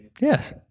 Yes